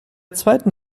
zweiten